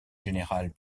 générale